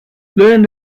learning